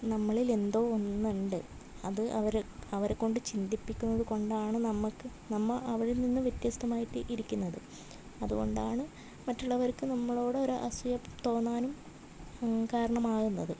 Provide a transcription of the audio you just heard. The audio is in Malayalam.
നമ്മളിൽ എന്തോ ഒന്നുണ്ട് അത് അവർ അവരെക്കൊണ്ട് ചിന്തിപ്പിക്കുന്നതു കൊണ്ടാണ് നമുക്ക് നമ്മൾ അവരിൽ നിന്നും വ്യത്യസ്തമായിട്ട് ഇരിക്കുന്നത് അതുകൊണ്ടാണ് മറ്റുള്ളവർക്ക് നമ്മളോട് ഒരു അസൂയ തോന്നാനും കാരണമാകുന്നത്